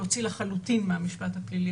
להוציא לחלוטין מהמשפט הפלילי.